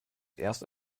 erst